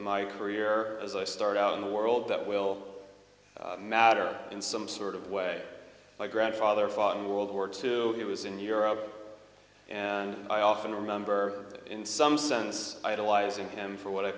my career as i start out in the world that will matter in some sort of way my grandfather fought in world war two it was in europe and i often remember in some sense idolizing him for what i